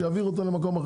שיעביר אותו למקום.